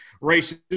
races